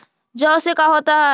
जौ से का होता है?